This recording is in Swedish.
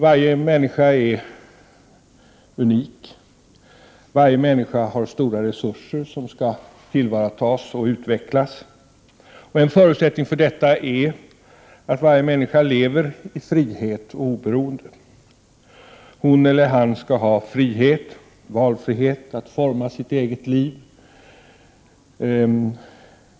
Varje människa är unik. Varje människa har stora resurser, som skall tillvaratas och utvecklas. En förutsättning för detta är att varje människa lever i frihet och oberoende. Hon eller han skall ha frihet, valfrihet, att forma sitt eget liv.